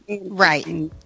right